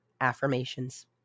affirmations